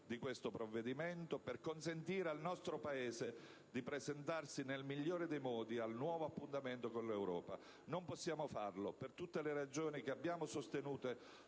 di questo provvedimento per consentire al nostro Paese di presentarsi nel migliore dei modi al nuovo appuntamento con l'Europa. Non possiamo farlo per tutte le ragioni che abbiamo sostenuto